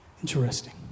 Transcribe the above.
Interesting